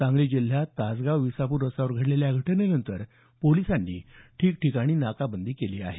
सांगली जिल्ह्यात तासगांव विसापूर रस्त्यावर घडलेल्या या घटनेनंतर पोलिसांनी ठिकठिकाणी नाकाबंदी केली आहे